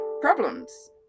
problems